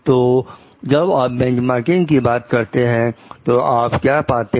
तो जब आप बेंचमार्किंग की बात करते हैं तो आप क्या पाते हैं